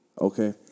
Okay